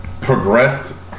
Progressed